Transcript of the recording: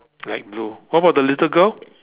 light blue what about the little girl